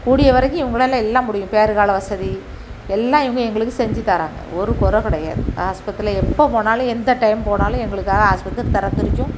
கூடிய வரைக்கும் இவங்களால எல்லாம் முடியும் பேருகால வசதி எல்லாம் இவங்க எங்களுக்கு செஞ்சு தர்றாங்க ஒரு கொறை கிடையாது ஆஸ்பத்திரியில் எப்போ போனாலும் எந்த டைம் போனாலும் எங்களுக்காக ஆஸ்பத்திரி திறந்துருக்கும்